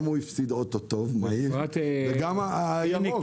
גם הוא הפסיד אוטו טוב, וגם הירוק.